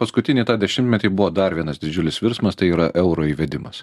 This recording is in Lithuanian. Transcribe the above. paskutinį tą dešimtmetį buvo dar vienas didžiulis virsmas tai yra euro įvedimas